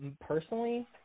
personally